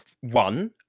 one